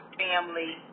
family